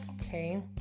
okay